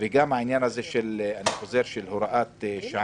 ויש גם את העניין של הוראת שעה.